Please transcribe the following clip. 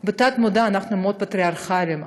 בתת-מודע, אנחנו מאוד פטריארכליים.